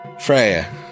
Freya